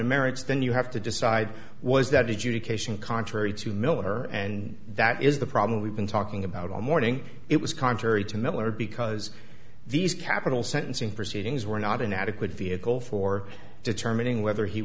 of marriage then you have to decide was that adjudication contrary to miller and that is the problem we've been talking about all morning it was contrary to miller because these capital sentencing proceedings were not an adequate vehicle for determining whether he